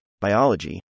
biology